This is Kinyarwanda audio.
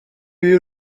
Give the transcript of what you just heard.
y’i